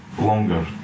Longer